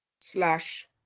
slash